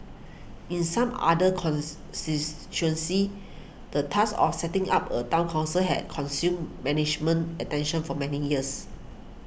in some other the task of setting up a Town Council has consumed management attention for many years